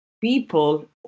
people